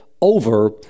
over